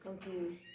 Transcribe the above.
confused